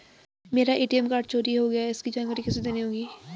मेरा ATM card चोरी हो गया है इसकी जानकारी किसे देनी होगी?